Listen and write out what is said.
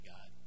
God